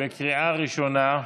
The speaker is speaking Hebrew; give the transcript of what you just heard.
בקריאה ראשונה.